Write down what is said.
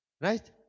right